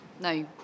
No